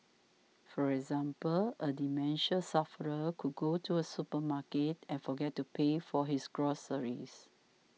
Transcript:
for example a dementia sufferer could go to a supermarket and forget to pay for his groceries